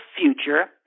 Future